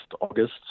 august